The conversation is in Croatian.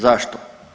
Zašto?